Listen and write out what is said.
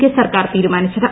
K സർക്കാർ തീരുമാനിച്ചത്